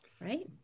right